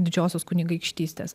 didžiosios kunigaikštystės